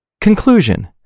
Conclusion